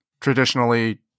traditionally